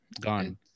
Gone